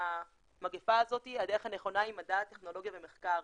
המגפה הזאת הדרך הנכונה היא מדע טכנולוגיה ומחקר.